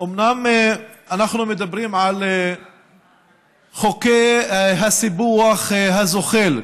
אומנם אנחנו מדברים על חוקי הסיפוח הזוחל,